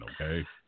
Okay